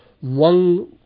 One